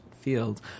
field